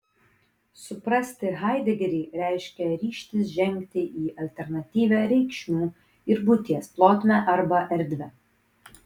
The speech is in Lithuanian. suprasti haidegerį reiškia ryžtis žengti į alternatyvią reikšmių ir būties plotmę arba erdvę